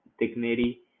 dignity